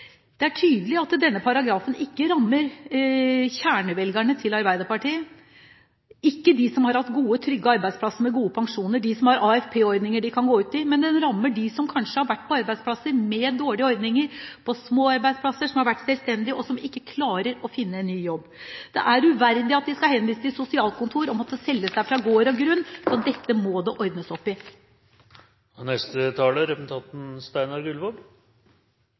Det er tydelig at denne paragrafen ikke rammer kjernevelgerne til Arbeiderpartiet, ikke dem som har hatt trygge og gode arbeidsplasser med gode pensjoner, dem som har AFP-ordninger, men den rammer dem som kanskje har vært på arbeidsplasser med dårlige ordninger, på små arbeidsplasser som har vært selvstendige, og som ikke klarer å finne en ny jobb. Det er uverdig at de skal henvises til sosialkontor og måtte selge seg fra gård og grunn – så dette må det ordnes opp i. Jeg tar først og fremst ordet for å påtale det forhold at representanten